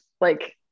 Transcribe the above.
Like-